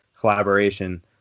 collaboration